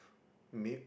made